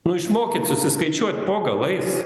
nu išmokit susiskaičiuot po galais